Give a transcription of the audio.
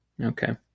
okay